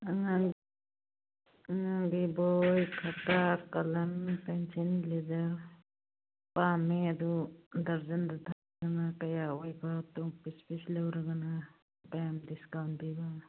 ꯑꯉꯥꯡꯒꯤ ꯑꯉꯥꯡꯒꯤ ꯕꯣꯏ ꯈꯠꯇꯥ ꯀꯂꯝ ꯄꯦꯟꯁꯤꯟ ꯂꯦꯖꯔ ꯄꯥꯝꯃꯦ ꯑꯗꯨ ꯗꯔꯖꯟꯗ ꯀꯌꯥ ꯑꯣꯏꯕ ꯑꯗꯨꯒ ꯄꯤꯁ ꯄꯤꯁ ꯂꯧꯔꯒꯅ ꯀꯌꯥꯝ ꯗꯤꯁꯀꯥꯎꯟ ꯄꯤꯕ